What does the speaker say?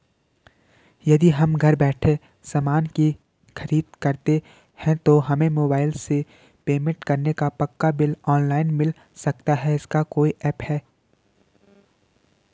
यदि हम घर बैठे सामान की खरीद करते हैं तो हमें मोबाइल से पेमेंट करने पर पक्का बिल ऑनलाइन मिल सकता है इसका कोई ऐप है